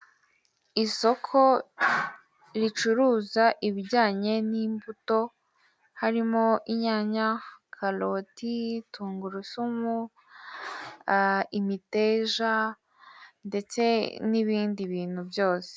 Isoko ricuruza ibijyanye n'imbuto harimo inyanya, karote, tungurusumu, imiteja ndetse n'ibindi bintu byose.